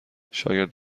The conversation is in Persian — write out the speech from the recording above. شاگرد